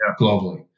globally